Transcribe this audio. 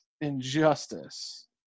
injustice